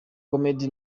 comedy